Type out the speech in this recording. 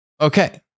okay